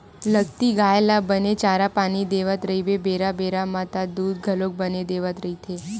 लगती गाय ल बने चारा पानी देवत रहिबे बेरा बेरा म त दूद घलोक बने देवत रहिथे